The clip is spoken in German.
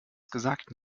gesagten